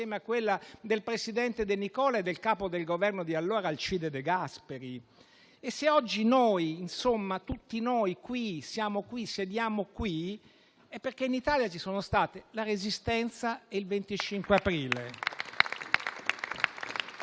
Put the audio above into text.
a quella del presidente De Nicola e del capo del Governo di allora, Alcide De Gasperi. E se oggi tutti noi siamo e sediamo qui, è perché in Italia ci sono stati la Resistenza e il 25 aprile.